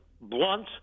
Blunt